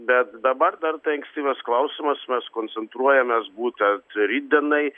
bet dabar dar tai ankstyvas klausimas mes koncentruojamės būtent rytdienai